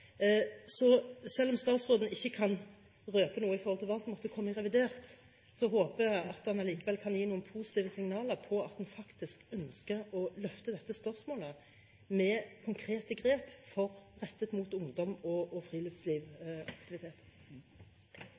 Så selv om ikke statsråden kan røpe noe når det gjelder hva som måtte komme i revidert, håper jeg at han likevel kan gi noen positive signaler om at en faktisk ønsker å løfte dette spørsmålet – med konkrete grep rettet mot ungdom og